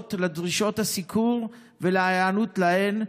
הנוגעות לדרישות הסיקור ולהיענות להן,